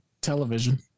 television